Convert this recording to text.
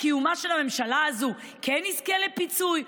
קיומה של הממשלה הזאת כן יזכה לפיצוי,